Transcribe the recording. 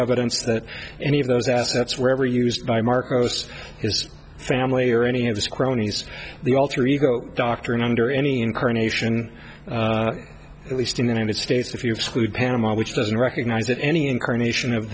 evidence that any of those assets were ever used by marcos his family or any of his cronies the alter ego doctrine under any incarnation at least in the united states if you've screwed panama which doesn't recognize that any incarnation of